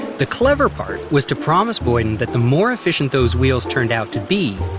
the clever part was to promise boyden that the more efficient those wheels turned out to be,